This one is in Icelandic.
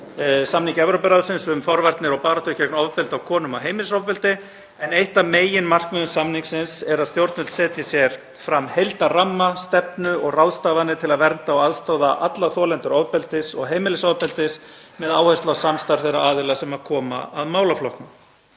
samningi Evrópuráðsins um forvarnir og baráttu gegn ofbeldi á konum og heimilisofbeldi, en eitt af meginmarkmiðum samningsins er að stjórnvöld setji sér heildarramma, stefnu og ráðstafanir til að vernda og aðstoða alla þolendur ofbeldis og heimilisofbeldis með áherslu á samstarf þeirra aðila sem koma að málaflokknum.